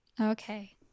okay